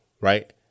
Right